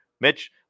Mitch